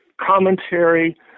commentary